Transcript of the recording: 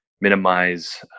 minimize